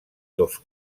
dos